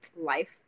life